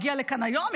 מגיע לכאן היום,